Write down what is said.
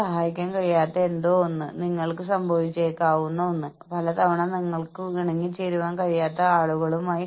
ജീവനക്കാരുടെ ഓഹരി ഉടമസ്ഥാവകാശ പദ്ധതികളുടെ കാരണങ്ങൾ ലയനങ്ങളും ഏറ്റെടുക്കലുകളുമാണ്